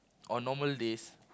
on normal days